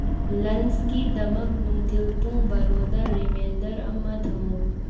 ꯂꯟꯁꯀꯤꯗꯃꯛ ꯅꯨꯡꯊꯤꯜ ꯄꯨꯡ ꯕꯥꯔꯣꯗ ꯔꯤꯃꯦꯟꯗꯔ ꯑꯃ ꯊꯝꯃꯨ